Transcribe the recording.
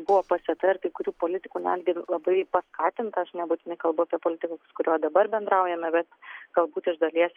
buvo pasėta ir kai kurių politikų netgi labai paskatinta aš nebūtinai kalbu apie politikus kuriuo dabar bendraujame bet galbūt iš dalies